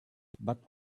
but